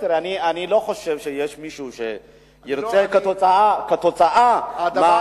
אני לא חושב שיש מישהו שירצה כתוצאה הדבר